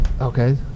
Okay